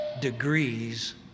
degrees